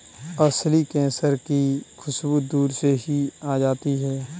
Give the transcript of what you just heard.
असली केसर की खुशबू दूर से ही आ जाती है